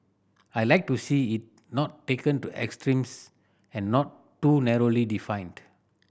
I like to see it not taken to extremes and not too narrowly defined